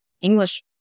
English